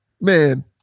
Man